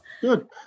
good